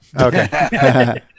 Okay